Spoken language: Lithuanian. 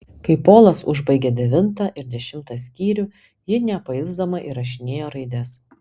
kai polas užbaigė devintą ir dešimtą skyrius ji nepailsdama įrašinėjo raides